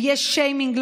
ויהיה שיימינג,